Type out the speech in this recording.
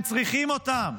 הם צריכים אותם.